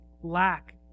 lack